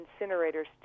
incinerators